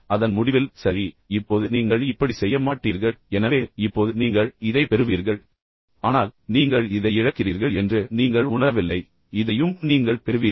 அதன் முடிவில் சரி இப்போது நீங்கள் இப்படி செய்ய மாட்டீர்கள் எனவே இப்போது நீங்கள் இதைப் பெறுவீர்கள் ஆனால் நீங்கள் இதை இழக்கிறீர்கள் என்று நீங்கள் உணரவில்லை இதையும் நீங்கள் பெறுவீர்கள்